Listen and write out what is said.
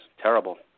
terrible